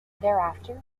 thereafter